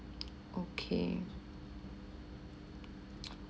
okay